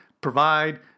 provide